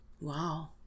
Wow